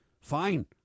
fine